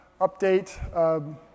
update